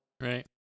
Right